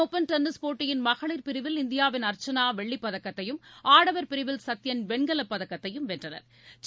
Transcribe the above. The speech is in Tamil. ஒப்பன் டென்னிஸ் போட்டியின் மகளிர் பிரிவில் இந்தியாவின் ஒமன் அர்ச்சனா வெள்ளிப்பதக்கத்தையும் ஆடவா் பிரிவில் சத்தியன் வெண்கலப் பதக்கத்தையும் வென்றனா்